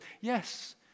Yes